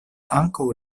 ankaŭ